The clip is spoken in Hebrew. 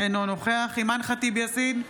אינו נוכח אימאן ח'טיב יאסין,